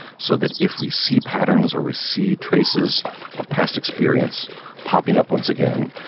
so that if we see patterns, or we see traces of past experience popping up once again,